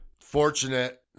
fortunate